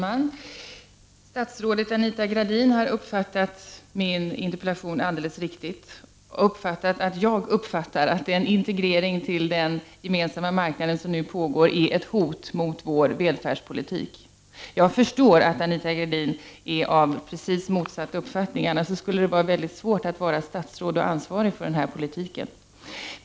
Herr talman! Statsrådet Anita Gradin har uppfattat min interpellation alldeles riktigt, när hon uppfattat att jag uppfattat att den integrering till den gemensamma marknaden som nu pågår är ett hot mot vår välfärdspolitik. Jag förstår att Anita Gradin är av precis motsatt uppfattning, annars skulle det vara mycket svårt att vara statsråd och ansvarig för den politiken.